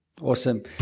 Awesome